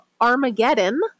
Armageddon